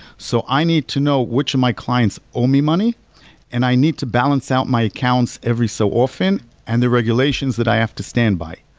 so i need to know which of my clients owe me money and i need to balance out my accounts every so often and the regulations that i have to stand by.